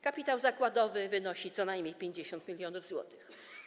Kapitał zakładowy wynosi co najmniej 50 mln zł.